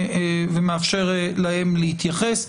ומאפשר להם להתייחס.